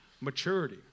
maturity